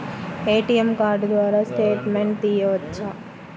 ATM card ద్వారా statement తీయవచ్చా?